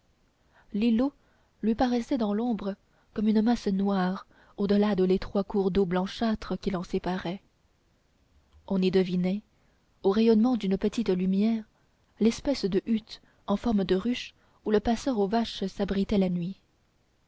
l'îlot lui apparaissait dans l'ombre comme une masse noire au delà de l'étroit cours d'eau blanchâtre qui l'en séparait on y devinait au rayonnement d'une petite lumière l'espèce de hutte en forme de ruche où le passeur aux vaches s'abritait la nuit